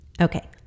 Okay